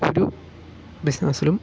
ഒരു ബിസിനസിലും